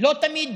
לא תמיד